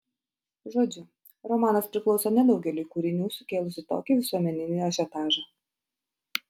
žodžiu romanas priklauso nedaugeliui kūrinių sukėlusių tokį visuomeninį ažiotažą